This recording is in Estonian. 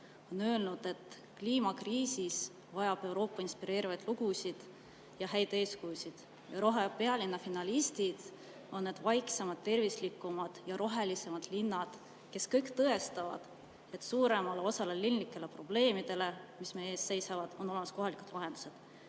on öelnud, et kliimakriisis vajab Euroopa inspireerivaid lugusid ja häid eeskujusid. Rohepealinna finalistid on vaiksemad, tervislikumad, rohelisemad linnad, kes kõik tõestavad, et suurele osale linlikele probleemidele, mis meie ees seisavad, on olemas kohalikud lahendused.